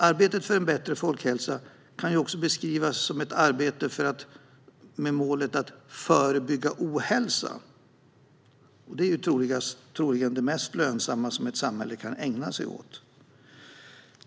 Arbetet för en bättre folkhälsa kan också beskrivas som ett arbete med målet att förebygga ohälsa. Det är troligen det mest lönsamma som ett samhälle kan ägna sig åt.